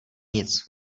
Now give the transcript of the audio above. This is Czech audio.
nic